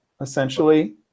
essentially